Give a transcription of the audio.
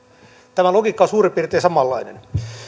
tämä logiikka on suurin piirtein samanlainen